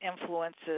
influences